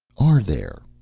are there?